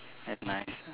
that's nice